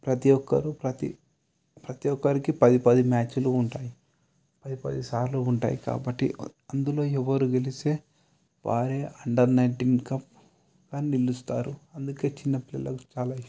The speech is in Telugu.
ప్రతి ఒక్కరూ ప్రతి ప్రతి ఒక్కరికి పది పది మ్యాచ్లు ఉంటాయి పది పది సార్లు ఉంటాయి కాబట్టి అందులో ఎవరు గెలిస్తే వారే అండర్ నైన్టీన్ కప్గా నిలుస్తారు అందుకే చిన్న పిల్లలకు చాలా ఇష్టం